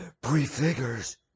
prefigures